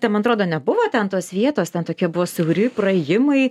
ten man atrodo nebuvo ten tos vietos ten tokie buvo siauri praėjimai